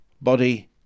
body